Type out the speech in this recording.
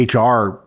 HR